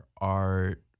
art